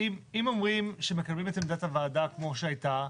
אם אומרים שמקבלים את עמדת הוועדה כמו שהייתה,